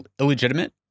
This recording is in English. illegitimate